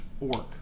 orc